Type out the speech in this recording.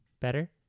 better